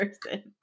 person